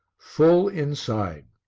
full inside.